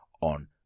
on